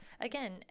again